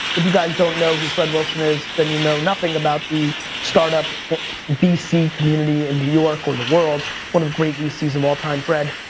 if you guys don't know who fred wilson is, then you know nothing about the startup vc community in new york or the world. one of the great vcs of all time, fred.